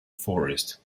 forest